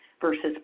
versus